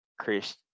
chris